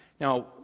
Now